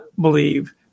believe